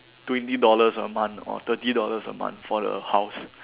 twenty dollars a month or thirty dollars a month for the house